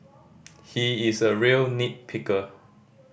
he is a real nit picker